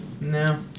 No